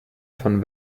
von